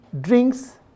drinks